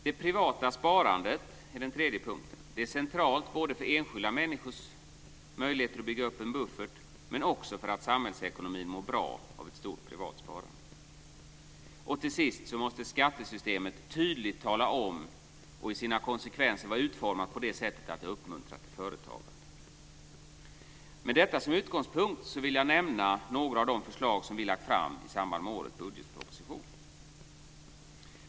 · Det privata sparandet är den tredje punkten. Det är centralt för enskilda människors möjligheter att bygga upp en buffert, men också för att samhällsekonomin mår bra av ett stort privat sparande. · Till sist måste skattesystemet tydligt tala om och i sina konsekvenser vara utformat så att det uppmuntrar till företagande. Med detta som utgångspunkt vill jag nämna några av de förslag som vi har lagt fram i samband med årets budgetproposition.